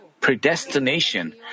predestination